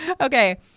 okay